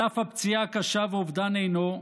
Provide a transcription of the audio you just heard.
על אף הפציעה הקשה ואובדן עינו,